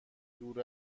دور